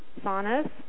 saunas